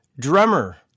drummer